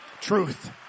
Truth